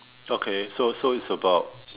okay so so is about